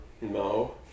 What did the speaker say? No